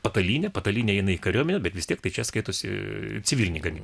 patalynę patalynė eina į kariuomenę bet vis tiek tai čia skaitosi civiliniai gaminiai